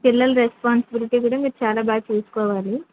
పిల్లల రెస్పాన్సిబిలిటీ కూడా మీరు చాలా బాగా చూసుకోవాలి